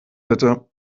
bitte